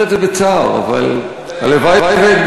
אני אומר את זה בצער, אבל הלוואי שאתבדה.